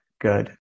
good